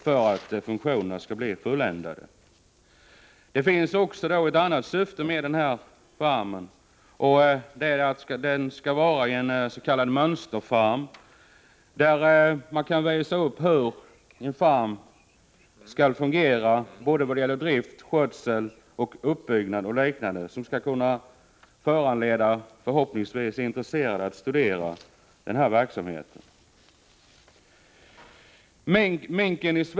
Ett annat syfte med denna farm är att den skall vara en s.k. mönsterfarm, där man kan visa upp hur en farm skall fungera vad det gäller drift, skötsel, uppbyggnad och liknande, något som förhoppningsvis skall föranleda intresserade att studera verksamheten.